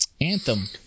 Anthem